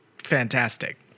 fantastic